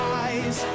eyes